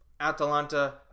Atalanta